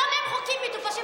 גם עם חוקים מטופשים.